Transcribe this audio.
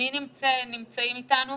מי נמצאים איתנו?